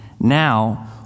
now